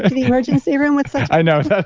the emergency room withdave i know. sorry,